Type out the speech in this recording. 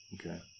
Okay